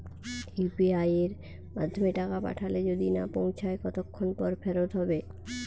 UPI য়ের মাধ্যমে টাকা পাঠালে যদি না পৌছায় কতক্ষন পর ফেরত হবে?